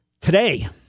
today